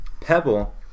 Pebble